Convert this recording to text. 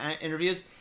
interviews